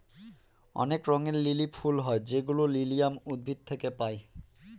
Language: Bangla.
অনেক রঙের লিলি ফুল হয় যেগুলো লিলিয়াম উদ্ভিদ থেকে পায়